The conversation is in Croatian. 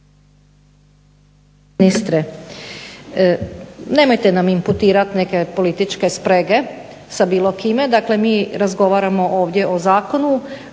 Ministre, nemojte nam imputirat neke političke sprege sa bilo kime. Dakle, mi razgovaramo ovdje o zakonu,